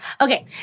Okay